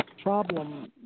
problem